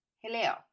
Hello